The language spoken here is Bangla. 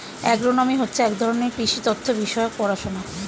অ্যাগ্রোনমি হচ্ছে এক ধরনের কৃষি তথ্য বিষয়ক পড়াশোনা